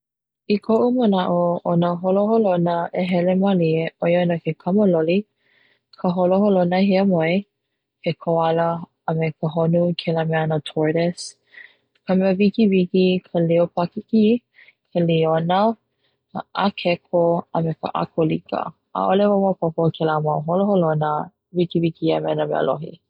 I koʻu manaʻo ona holoholona e hele malie ʻoia ana ke kamaloli, ka holoholona hiamoe, ke koala a me ka honu kela ano mea (Tortoise) ka mea wikiwiki, ka leopaki kiki, ka liona, ka ʻAkeko a me a ka akolika, ʻaʻole wau maopopo kela mau holoholona wikiwiki a me na mea lohi.